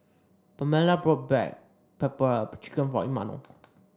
Pamella bought Black Pepper Chicken for Imanol